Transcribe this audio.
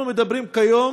אנחנו מדברים כיום